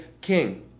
king